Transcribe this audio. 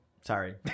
Sorry